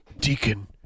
Deacon